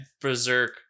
Berserk